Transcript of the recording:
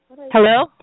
Hello